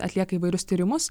atlieka įvairius tyrimus